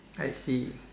I see